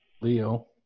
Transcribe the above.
Leo